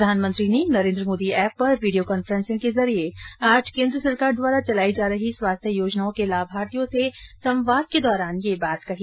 प्रधानमंत्री ने नरेन्द्र मोदी एप पर वीडियो कांफ्रेंसिंग के जरिये आज केन्द्र सरकार द्वारा चलाई जा रही स्वास्थ्य योजनाओं के लाभार्थियों से संवाद के दौरान ये बात कही